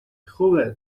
خوبه